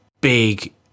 big